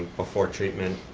before treatment.